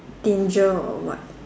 danger or what